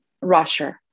Russia